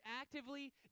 actively